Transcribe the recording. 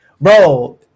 Bro